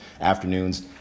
afternoons